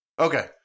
okay